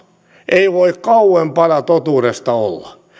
ei voi kauempana totuudesta olla